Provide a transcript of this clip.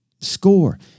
Score